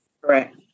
Correct